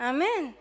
Amen